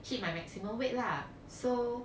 hit my maximum weight lah so